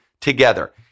together